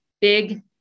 big